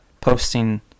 posting